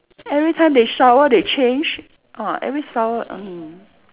every time they shower they change ah every shower mm